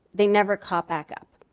they never cop back up.